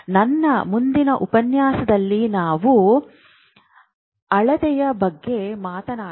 ನನ್ನ ಮುಂದಿನ ಉಪನ್ಯಾಸದಲ್ಲಿ ನಾವು ಅಳತೆಯ ಬಗ್ಗೆ ಮಾತನಾಡೋಣ